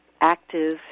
active